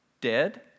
dead